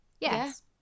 Yes